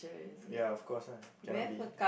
ya of course ah cannot be